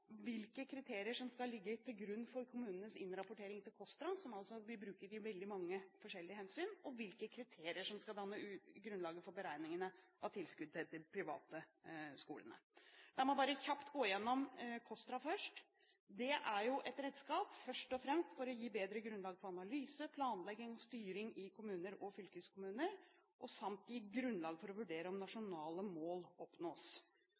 hvilke kriterier som skal ligge til grunn for kommunenes innrapporteringer til KOSTRA, som vi bruker i veldig mange forskjellige sammenhenger, og hvilke kriterier som skal danne grunnlaget for beregningene av tilskuddet til de private skolene. La meg bare kjapt gå gjennom KOSTRA først. Det er et redskap først og fremst for å gi bedre grunnlag for analyse, planlegging og styring i kommuner og fylkeskommuner samt gi grunnlag for å vurdere om nasjonale mål oppnås.